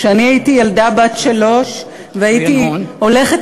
כשאני הייתי ילדה בת שלוש והייתי הולכת